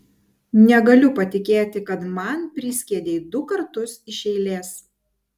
negaliu patikėti kad man priskiedei du kartus iš eilės